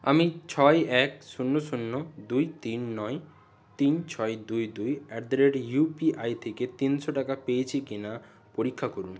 আমি ছয় এক শূন্য শূন্য দুই তিন নয় তিন ছয় দুই দুই অ্যাট দ্য রেট ইউপিআই থেকে তিনশো টাকা পেয়েছি কি না পরীক্ষা করুন